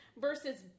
Versus